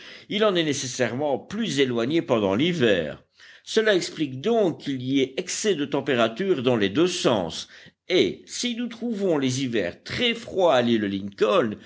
il en est nécessairement plus éloigné pendant l'hiver cela explique donc qu'il y ait excès de température dans les deux sens et si nous trouvons les hivers très froids à l'île lincoln